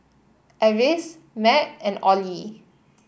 Avis Matt and Ollie